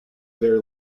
there